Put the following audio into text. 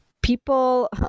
people